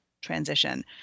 transition